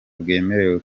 bwemerewe